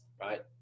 right